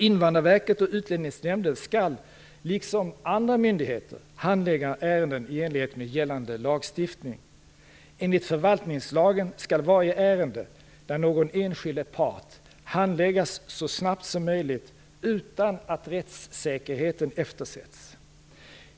Invandrarverket och Utlänningsnämnden skall liksom andra myndigheter handlägga ärenden i enlighet med gällande lagstiftning. Enligt förvaltningslagen skall varje ärende där någon enskild är part handläggas så snabbt som möjligt utan att rättssäkerheten eftersätts.